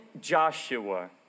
Joshua